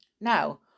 now